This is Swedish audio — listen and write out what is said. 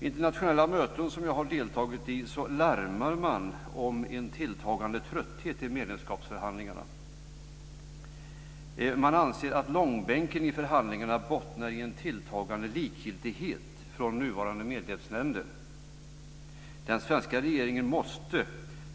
Vid internationella möten som jag har deltagit i har man larmat om en tilltagande trötthet i medlemskapsförhandlingarna. Man anser att långbänken i förhandlingarna bottnar i en tilltagande likgiltighet från nuvarande medlemsländer. Den svenska regeringen måste